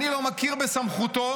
אני לא מכיר בסמכותו,